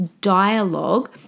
dialogue